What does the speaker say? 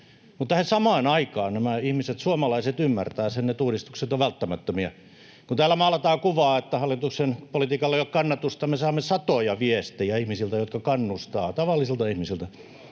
Mutta samaan aikaan nämä ihmiset, suomalaiset, ymmärtävät sen, että uudistukset ovat välttämättömiä. Kun täällä maalataan kuvaa, että hallituksen politiikalla ei ole kannatusta, me saamme satoja viestejä ihmisiltä, tavallisilta ihmisiltä,